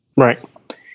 Right